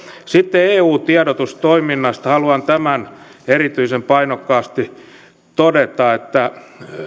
sitten eu tiedotustoiminnasta haluan erityisen painokkaasti todeta tämän että